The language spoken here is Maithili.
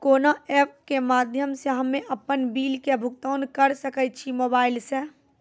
कोना ऐप्स के माध्यम से हम्मे अपन बिल के भुगतान करऽ सके छी मोबाइल से?